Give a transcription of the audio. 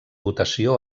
votació